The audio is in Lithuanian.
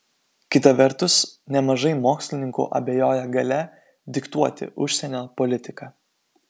kita vertus nemažai mokslininkų abejoja galia diktuoti užsienio politiką